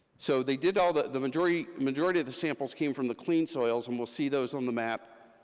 so they did all the, the majority majority of the samples came from the clean soils, and we'll see those on the map,